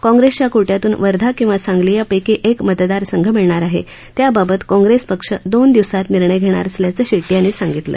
काँग्रेसच्या को ्विातून वर्धा किंवा सांगली यापैकी एक मतदार संघ मिळणार आहे त्याबाबत काँग्रेस पक्ष दोन दिवसात निर्णय घेणार असल्याचं शेड्टी यांनी सांगितलं